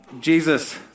Jesus